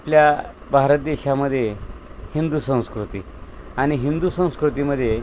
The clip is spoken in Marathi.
आपल्या भारत देशामध्ये हिंदू संस्कृती आणि हिंदू संस्कृतीमध्ये